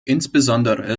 insbesondere